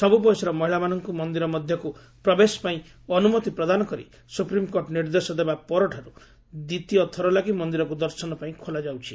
ସବୁ ବୟସର ମହିଳାମାନଙ୍କୁ ମନ୍ଦିର ମଧ୍ୟକୁ ପ୍ରବେଶ ପାଇଁ ଅନୁମତି ପ୍ରଦାନ କରି ସୁପ୍ରିମ୍କୋର୍ଟ ନିର୍ଦ୍ଦେଶ ଦେବାପରଠାରୁ ଦ୍ୱିତୀୟ ଥରଲାଗି ମନ୍ଦିରକୁ ଦର୍ଶନ ପାଇଁ ଖୋଲାଯାଉଛି